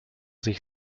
sich